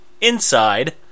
inside